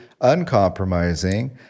uncompromising